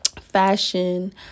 fashion